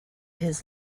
his